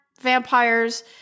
vampires